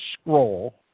scroll